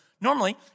normally